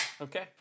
okay